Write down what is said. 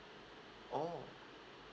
oh